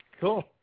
Cool